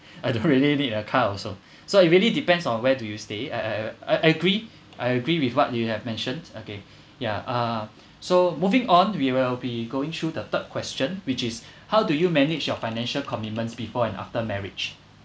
I don't really need a car also so it really depends on where do you stay uh I agree I agree with what you have mentioned okay yeah uh so moving on we will be going through the third question which is how do you manage your financial commitments before and after marriage